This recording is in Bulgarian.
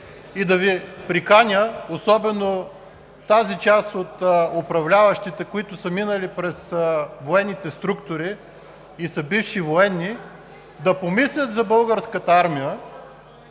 и да Ви приканя особено тази част от управляващите, които са минали през военните структури и са бивши военни, да помислят за Българската армия